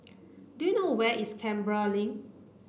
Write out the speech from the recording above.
do you know where is Canberra Link